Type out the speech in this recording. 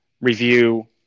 review